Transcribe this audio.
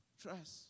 Trust